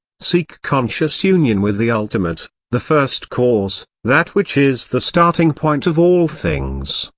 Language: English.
seek conscious union with the ultimate, the first cause, that which is the starting point of all things,